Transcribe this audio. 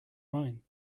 mine